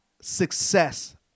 success